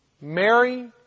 Mary